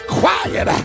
quiet